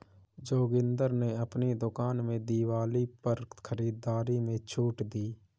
जोगिंदर ने अपनी दुकान में दिवाली पर खरीदारी में छूट दी